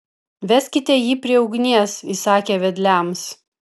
veskite jį prie ugnies įsakė vedliams